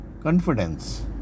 confidence